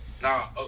Nah